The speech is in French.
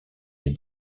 les